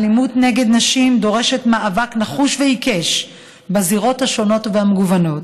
האלימות נגד נשים דורשת מאבק נחוש ועיקש בזירות השונות והמגוונות.